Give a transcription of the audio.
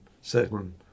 certain